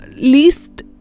least